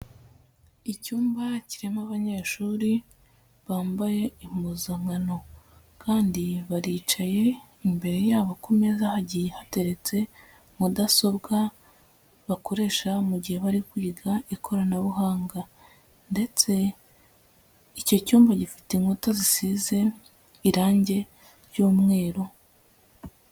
Icyumba kirimo abanyeshuri bambaye impuzankano kandi baricaye, imbere yabo ku meza hagiye hateretse mudasobwa, bakoresha mu gihe bari kwiga ikoranabuhanga ndetse icyo cyumba gifite inkuta zisize irangi ry'umweru.